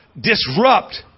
disrupt